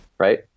Right